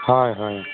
ᱦᱳᱭ ᱦᱳᱭ